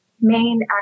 main